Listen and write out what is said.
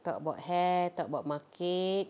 talk about hair talk about market